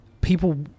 people